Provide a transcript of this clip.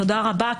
תודה רבה,